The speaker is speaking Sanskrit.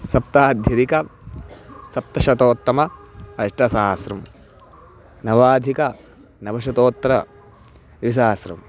सप्तत्यधिकं सप्तशतोत्तरम् अष्टसहस्रं नवाधिकं नवशतोत्तरं द्विसहस्रम्